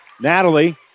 Natalie